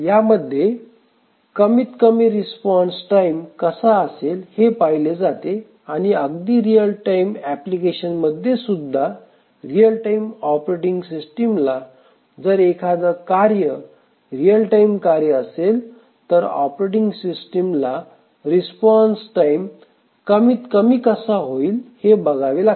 यामध्ये कमीत कमी रिस्पॉन्स टाईम कसा असेल हे पाहिले जाते आणि अगदी रिअल टाइम ऍप्लिकेशन्स मध्ये सुद्धा रिअल टाईम ऑपरेटिंग सिस्टीम ला जर एखादे कार्य रिअल टाइम कार्य असेल तर ऑपरेटिंग सिस्टीम ला रिस्पॉन्स टाईम कमीत कमी कसा होईल हे बघावे लागते